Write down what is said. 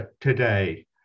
today